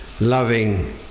loving